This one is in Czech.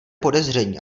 podezření